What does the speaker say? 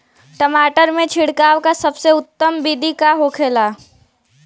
टमाटर में छिड़काव का सबसे उत्तम बिदी का होखेला?